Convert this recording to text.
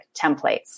templates